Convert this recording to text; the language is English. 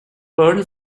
earl